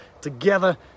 together